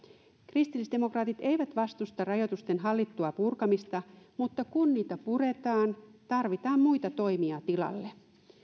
kristillisdemokraatit eivät vastusta rajoitusten hallittua purkamista mutta kun niitä puretaan tarvitaan muita toimia tilalle